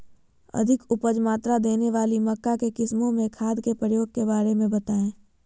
अधिक उपज मात्रा देने वाली मक्का की किस्मों में खादों के प्रयोग के बारे में बताएं?